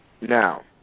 Now